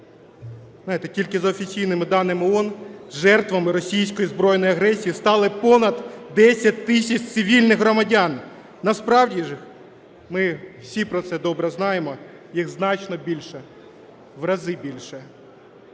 тільки за офіційними даними ООН жертвами російської збройної агресії стали понад 10 тисяч цивільних громадян. Насправді ж, ми всі про це добре знаємо, їх значно більше, в рази більше.